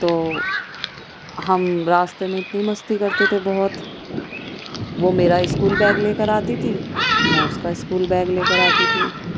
تو ہم راستے میں اتنی مستی کرتے تھے بہت وہ میرا اسکول بیگ لے کر آتی تھی میں اس کا اسکول بیگ لے کر آتی تھی